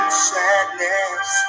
sadness